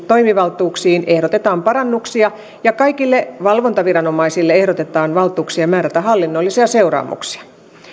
toimivaltuuksiin ehdotetaan parannuksia ja kaikille valvontaviranomaisille ehdotetaan valtuuksia määrätä hallinnollisia seuraamuksia